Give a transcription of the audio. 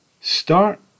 start